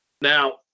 Now